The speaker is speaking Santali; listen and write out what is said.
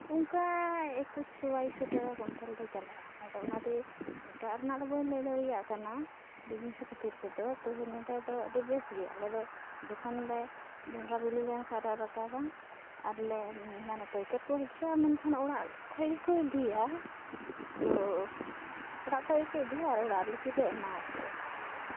ᱚᱱᱠᱟ ᱮᱠᱩᱥ ᱥᱚ ᱵᱟᱭᱤᱥᱥᱚ ᱴᱟᱠᱟ ᱠᱩᱭᱤᱱᱴᱟᱞ ᱫᱚ ᱪᱟᱞᱟᱜᱼᱟ ᱟᱫᱚ ᱚᱱᱟᱛᱮ ᱮᱴᱟᱜ ᱨᱮᱱᱟᱜ ᱫᱚ ᱵᱟᱹᱧ ᱞᱟᱹᱭ ᱫᱟᱲᱮᱭᱟᱜ ᱠᱟᱱᱟ ᱵᱤᱡᱽᱱᱮᱥ ᱠᱷᱟᱹᱛᱤᱨ ᱛᱮᱫᱚ ᱛᱚᱵᱩ ᱱᱚᱰᱮ ᱫᱚ ᱟᱹᱰᱤ ᱵᱮᱥ ᱜᱮᱭᱟ ᱟᱞᱮ ᱫᱚ ᱡᱚᱠᱷᱚᱱᱞᱮ ᱡᱚᱱᱰᱨᱟ ᱵᱤᱞᱤ ᱞᱮᱱᱠᱷᱟᱡ ᱫᱚ ᱨᱟᱠᱟᱵᱟ ᱟᱨᱞᱮ ᱢᱟᱱᱮ ᱯᱟᱹᱭᱠᱟᱹᱨ ᱠᱚ ᱦᱤᱡᱩᱜᱼᱟ ᱢᱟᱱᱮ ᱚᱲᱟᱜ ᱠᱷᱚᱡ ᱜᱮᱠᱚ ᱤᱫᱤᱭᱟ ᱛᱚ ᱚᱲᱟᱜ ᱠᱷᱚᱡ ᱜᱮᱠᱚ ᱤᱫᱤᱭᱟ ᱟᱨ ᱚᱲᱟᱜ ᱨᱮᱜᱮᱞᱮ ᱮᱢᱟᱣ ᱠᱚᱣᱟ